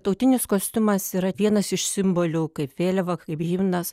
tautinis kostiumas yra vienas iš simbolių kaip vėliava kaip himnas